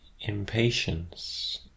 impatience